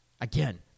again